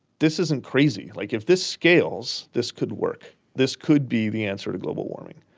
this isn't crazy. like, if this scales, this could work, this could be the answer to global warming.